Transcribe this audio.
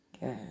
Good